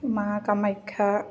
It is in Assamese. মা কামাখ্যা